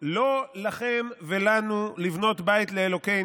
לא לכם ולנו לבנות בית לאלהינו